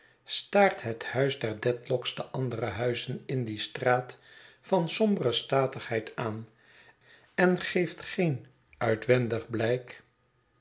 staart het huis der dedlock's de andere huizen in die straat van sombere statigheid aan en geeft geen uitwendig blijk